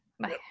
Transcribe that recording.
Bye